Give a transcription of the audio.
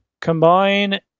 combine